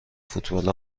فوتبال